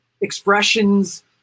expressions